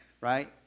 right